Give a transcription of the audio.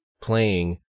playing